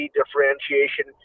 differentiation